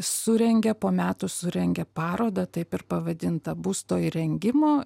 surengė po metų surengė parodą taip ir pavadinta būsto įrengimo